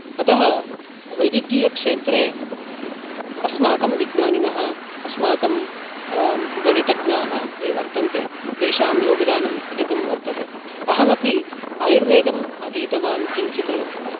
अतः वैद्यकीयक्षेत्रे अस्माकं विज्ञानिनः अस्माकं गणितज्ञाः ये वर्तन्ते तेषां योगदानम् अधिकं वर्तते अहमपि आयुर्वेदम् अधीतवान् किञ्चित्